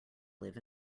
live